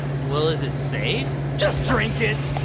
well is it safe? just drink it!